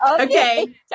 Okay